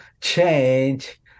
change